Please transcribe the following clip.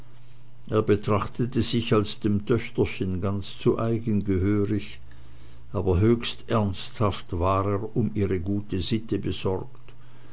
er betrachtete sich als dem töchterchen ganz zu eigen gehörig aber höchst ernsthaft war er um ihre gute sitte besorgt